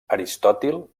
aristòtil